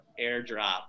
airdrop